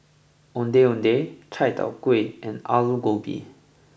Ondeh Ondeh Chai Tow Kway and Aloo Gobi